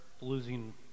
losing